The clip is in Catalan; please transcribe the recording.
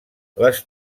les